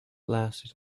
lasted